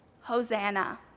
Hosanna